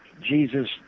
Jesus